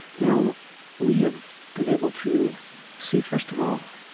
now we have been able to see, first of all,